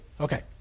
Okay